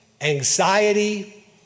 anxiety